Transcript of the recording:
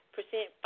Percent